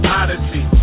odyssey